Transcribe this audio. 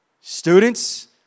students